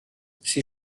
sie